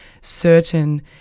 certain